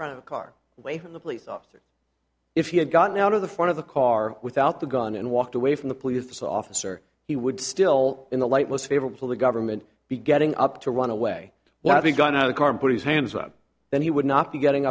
from the car away from the police officer if he had gotten out of the front of the car without the gun and walked away from the police officer he would still in the light most favorable to the government be getting up to run away when i think going to the car and put his hands up then he would not be getting